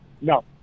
No